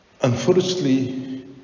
Unfortunately